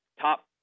top –